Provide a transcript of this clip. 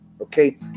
okay